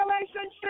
relationship